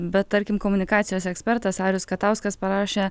bet tarkim komunikacijos ekspertas arijus katauskas parašė